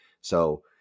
So-